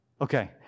Okay